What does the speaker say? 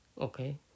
Okay